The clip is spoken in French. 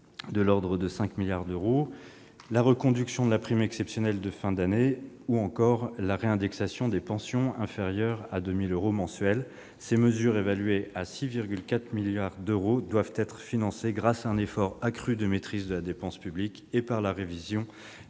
de l'ordre de 5 milliards d'euros ; la reconduction de la prime exceptionnelle de fin d'année ; la réindexation des pensions inférieures à 2 000 euros mensuels. Ces mesures, évaluées à 6,4 milliards d'euros, doivent être financées grâce à un effort accru de maîtrise de la dépense publique et par la révision